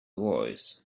voice